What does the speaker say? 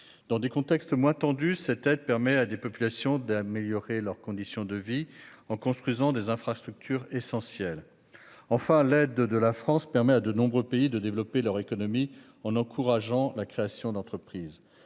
Dans des contextes moins tendus, l'aide permet à des populations d'améliorer leurs conditions de vie en construisant des infrastructures essentielles. Enfin, l'aide de la France permet à de nombreux pays de développer leur économie en encourageant la création d'entreprises.